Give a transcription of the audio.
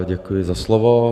Děkuji za slovo.